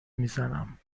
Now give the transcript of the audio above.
میزنم